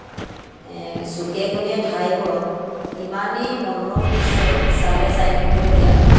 চুকে কোণে ঠাইবোৰত ইমানেই মনোৰম দৃশ্য চালে চাই থাকিবলগীয়া